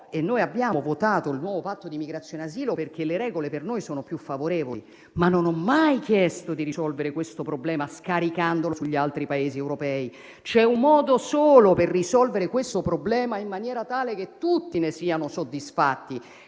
e noi abbiamo votato il nuovo Patto di migrazione perché le regole per noi sono più favorevoli, ma non ho mai chiesto di risolvere questo problema scaricandolo sugli altri Paesi europei. C'è un modo solo per risolvere questo problema in maniera tale che tutti ne siano soddisfatti